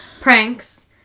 Pranks